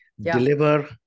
deliver